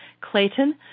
Clayton